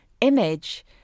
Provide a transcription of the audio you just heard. image